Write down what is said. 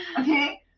Okay